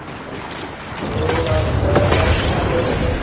जी sir तो आपका price कितना पड़ेगा सर